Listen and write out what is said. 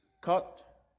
cut